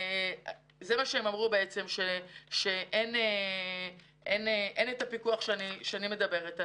הם אמרו שאין את הפיקוח שאני מדברת עליו.